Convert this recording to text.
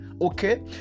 Okay